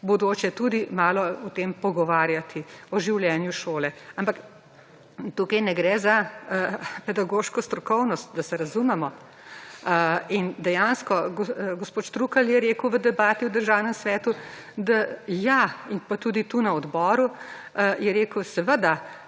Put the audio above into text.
bodoče tudi malo pogovoriti, o življenju šole. Ampak tu ne gre za pedagoško strokovnost, da se razumemo. In dejansko, gospod Štrukelj je rekel v debati v Državnem svetu, pa tudi tu na odboru je rekel, seveda,